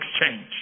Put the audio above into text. exchange